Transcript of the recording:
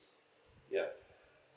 yup